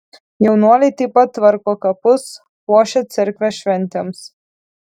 jaunuoliai taip pat tvarko kapus puošia cerkvę šventėms